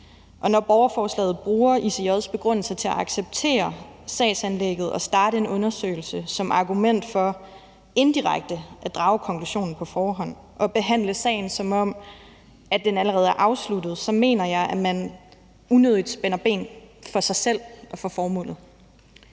når borgerforslaget bruger ICJ's begrundelser til at acceptere sagsanlægget og starte en undersøgelse som argument for, indirekte, at drage konklusionen på forhånd og behandle sagen, som om den allerede er afsluttet, så mener jeg man unødigt spænder ben for sig selv og for formålet.